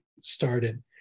started